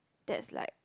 that's like